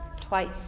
twice